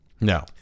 no